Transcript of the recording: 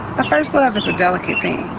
the first love is a delicate thing